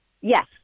Yes